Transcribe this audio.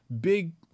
big